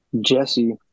Jesse